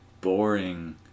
boring